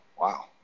Wow